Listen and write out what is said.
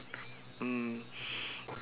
mm